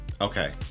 Okay